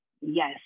yes